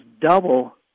double